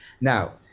Now